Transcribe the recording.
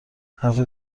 حرف